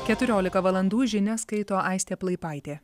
keturiolika valandų žinias skaito aistė plaipaitė